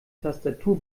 tastatur